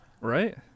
right